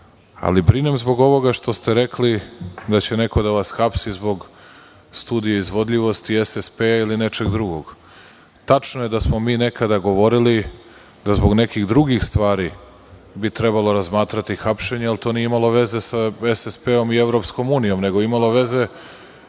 Brinem zbog ovoga što ste rekli da će neko da vas hapsi zbog studije izvodljivosti, SSP ili nečeg drugog. Tačno je da smo mi nekada govorili da zbog nekih drugih stvari bi trebalo razmatrati hapšenje, ali to nije imalo veze sa SSP i EU, nego je imalo veze